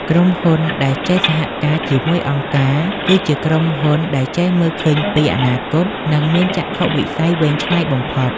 ក្រុមហ៊ុនដែលចេះសហការជាមួយអង្គការ គឺជាក្រុមហ៊ុនដែលចេះមើលឃើញពី "អនាគត" និងមានចក្ខុវិស័យវែងឆ្ងាយបំផុត។